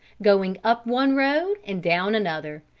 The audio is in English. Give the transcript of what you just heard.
going up one road and down another,